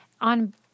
on